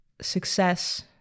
success